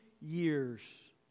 years